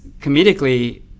comedically